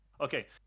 Okay